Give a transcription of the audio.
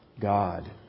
God